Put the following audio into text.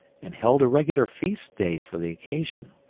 and held a regular feast-day for the occasion.